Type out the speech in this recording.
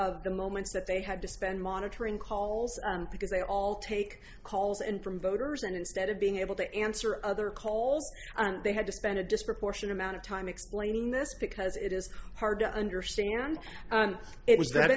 of the moments that they had to spend monitoring calls because they all take calls and from voters and instead of being able to answer other calls they had to spend a disproportionate amount of time explaining this because it is hard to understand it was